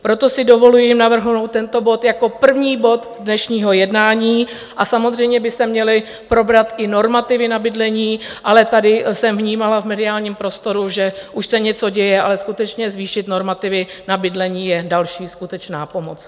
Proto si dovoluji navrhnout tento bod jako první bod dnešního jednání a samozřejmě by se měly probrat i normativy na bydlení, ale tady jsem vnímala v mediálním prostoru, že už se něco děje, ale skutečně, zvýšit normativy na bydlení je další skutečná pomoc.